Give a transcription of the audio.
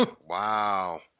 Wow